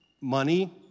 Money